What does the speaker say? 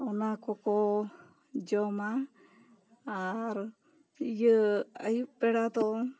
ᱚᱱᱟ ᱠᱚᱠᱚ ᱡᱚᱢᱟ ᱟᱨ ᱤᱭᱟᱹ ᱟᱹᱭᱩᱵ ᱯᱮᱲᱟ ᱫᱚ